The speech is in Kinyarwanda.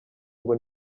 ngo